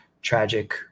Tragic